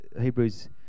Hebrews